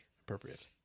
appropriate